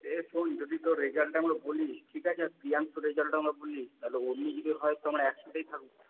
এ শোন যদি তোর রেজাল্টটা আমাকে বলিস ঠিক আছে আর প্রিয়াংশুর রেজাল্টটাও আমায় বলিস তাহলে যদি হয় তাহলে আমরা একসাথেই থাকবো